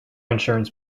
insurance